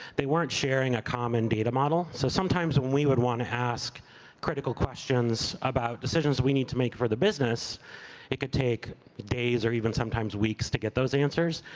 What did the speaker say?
they weren't sharing a common data model, so sometimes when we would wanna ask critical questions about decisions we need to make for the business it can take days or even sometimes weeks to get those answers,